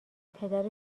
پدر